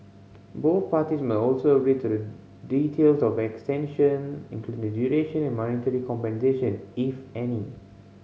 both parties must also agree to the details of extension including the duration and monetary compensation if any